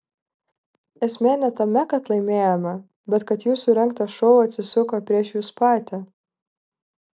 esmė ne tame kad laimėjome bet kad jūsų rengtas šou atsisuko prieš jus patį